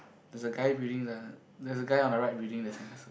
there's a guy building the there's a guy on the right building the sandcastle